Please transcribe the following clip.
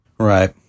Right